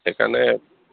সেইকাৰণে